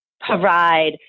provide